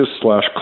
slash